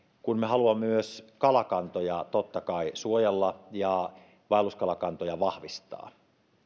me haluamme myös kalakantoja totta kai suojella ja vaelluskalakantoja vahvistaa